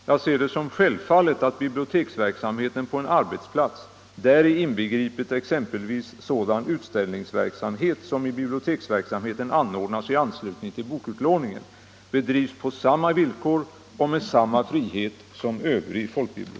Jag ser det som självfallet att biblioteksverksamheten på en ararbetsplatser betsplats — däri inbegripet exempelvis sådan utställningsverksamhet som drivs på samma villkor och med samma frihet som övrig folkbiblio